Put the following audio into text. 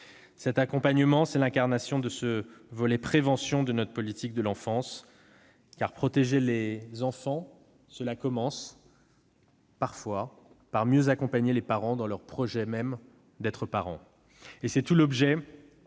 Cet accompagnement, c'est le coeur du volet préventif de notre politique de l'enfance : protéger les enfants, cela commence parfois par mieux accompagner les parents dans leur projet d'être parents. C'est tout l'objet